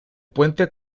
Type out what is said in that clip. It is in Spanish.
puente